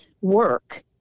work